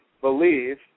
believe